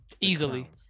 Easily